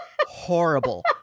horrible